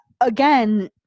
again